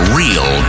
real